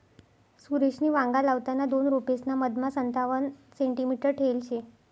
सुरेशनी वांगा लावताना दोन रोपेसना मधमा संतावण सेंटीमीटर ठेयल शे